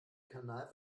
kanal